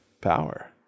power